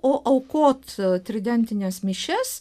o aukot tridentines mišias